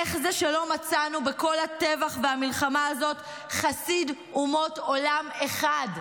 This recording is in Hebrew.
איך זה שלא מצאנו בכל הטבח והמלחמה הזאת חסיד אומות עולם אחד,